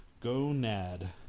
gonad